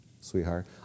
sweetheart